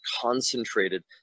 concentrated